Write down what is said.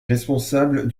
responsable